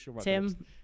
Tim